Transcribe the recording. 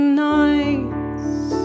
nights